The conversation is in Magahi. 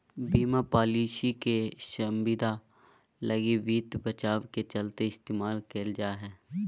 बीमा पालिसी के संविदा लगी वित्त बचाव के चलते इस्तेमाल कईल जा हइ